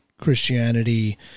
Christianity